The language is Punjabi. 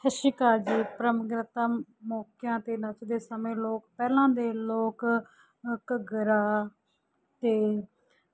ਸਤਿ ਸ਼੍ਰੀ ਅਕਾਲ ਜੀ ਪਰਮਗਤਮ ਮੌਕਿਆਂ 'ਤੇ ਨੱਚਦੇ ਸਮੇਂ ਲੋਕ ਪਹਿਲਾਂ ਦੇ ਲੋਕ ਘੱਗਰਾ ਅਤੇ